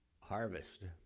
harvest